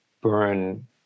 burn